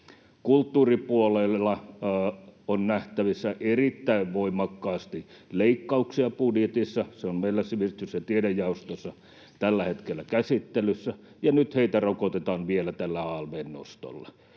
Kulttuuripuolella on nähtävissä erittäin voimakkaasti leikkauksia budjetissa. Se on meillä sivistys- ja tiedejaostossa tällä hetkellä käsittelyssä, ja nyt heitä rokotetaan vielä tällä alv:n nostolla,